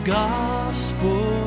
gospel